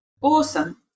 awesome